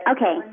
Okay